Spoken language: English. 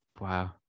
Wow